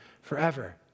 forever